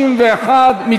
61,